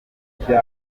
byakuwe